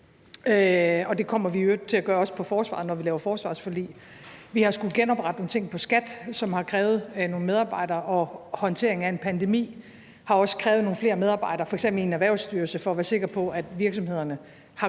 også til at gøre i forsvaret, når vi laver forsvarsforlig. Vi har skullet genoprette nogle ting på skat, som har krævet nogle medarbejdere, og håndteringen af en pandemi har også krævet nogle flere medarbejdere, f.eks. i Erhvervsstyrelsen, for at være sikker på, at virksomhederne har